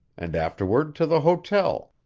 and afterward to the hotel.